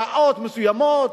שעות מסוימות,